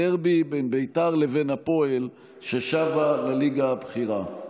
הדרבי בין בית"ר לבין הפועל, ששבה לליגה הבכירה.